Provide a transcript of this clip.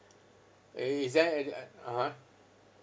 is there an uh (uh huh)